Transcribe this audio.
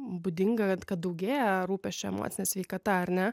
būdinga kad daugėja rūpesčio emocine sveikata ar ne